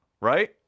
Right